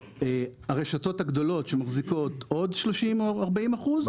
הרשתות הגדולות שמחזיקות עוד 30 או 40 אחוז.